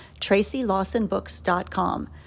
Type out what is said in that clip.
TracyLawsonBooks.com